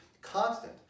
constant